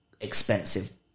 expensive